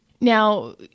Now